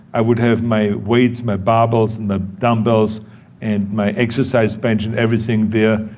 i would have my weights, my barbells, my dumbbells and my exercise bench, and everything there.